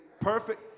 Perfect